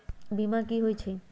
बीमा कि होई छई?